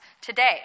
today